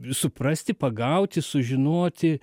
suprasti pagauti sužinoti